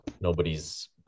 nobody's